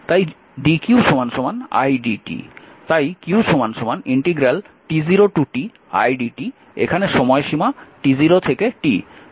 তাই q এখানে সময়সীমা t0 থেকে t